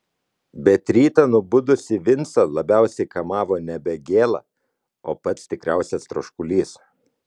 bet rytą nubudusį vincą labiausiai kamavo nebe gėla o pats tikriausias troškulys